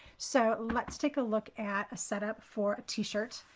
so let's take a look at a setup for a t shirt.